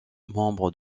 membre